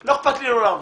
לא אכפת לי לא להעביר.